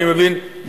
אני מבין,